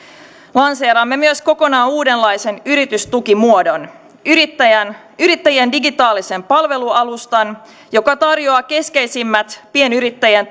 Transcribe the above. lanseeraamme myös kokonaan uudenlaisen yritystukimuodon yrittäjien yrittäjien digitaalisen palvelualustan joka tarjoaa keskeisimmät pienyrittäjien